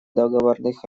договорных